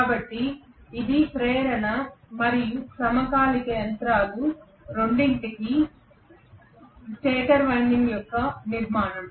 కాబట్టి ఇది ప్రేరణ మరియు సమకాలిక యంత్రాలు రెండింటికీ స్టేటర్ వైండింగ్ యొక్క నిర్మాణం